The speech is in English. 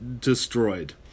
destroyed